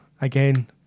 again